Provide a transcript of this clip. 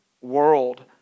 world